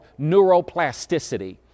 neuroplasticity